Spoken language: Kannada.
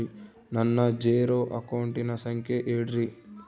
ನನ್ನ ಜೇರೊ ಅಕೌಂಟಿನ ಸಂಖ್ಯೆ ಹೇಳ್ರಿ?